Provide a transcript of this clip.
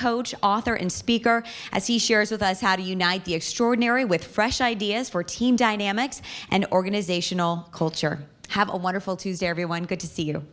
coach author and speaker as he shares with us how to unite the extraordinary with fresh ideas for team dynamics and organizational culture have a wonderful tuesday everyone good to see you